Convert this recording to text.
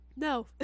no